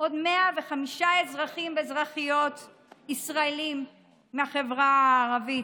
עוד 105 אזרחים ואזרחיות ישראלים מהחברה הערבית.